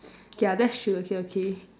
K ah that's true okay okay